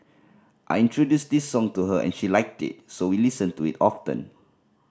I introduced this song to her and she liked it so we listen to it often